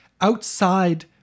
outside